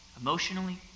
emotionally